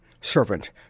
Servant